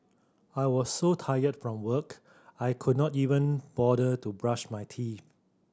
I was so tired from work I could not even bother to brush my teeth